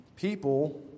People